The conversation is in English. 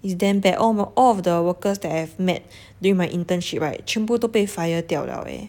it's damn bad all all of the workers that I've met during my internship right 全部都被 fire 掉 liao leh